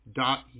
dot